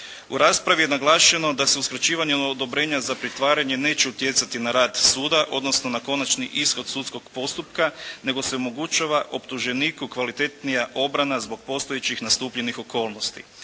U raspravi je naglašeno da se uskraćivanjem odobrenja za pritvaranje neće utjecati na rad suda odnosno na konačni ishod sudskog postupka nego se omogućava optuženiku kvalitetnija obrana zbog postojećih nastupljenih okolnosti.